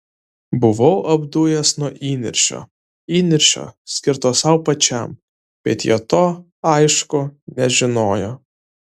buvau apdujęs nuo įniršio įniršio skirto sau pačiam bet jie to aišku nežinojo